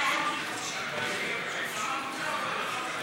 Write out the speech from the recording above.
וקבוצת סיעת המחנה הציוני לסעיף 2 לא נתקבלה.